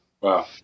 Wow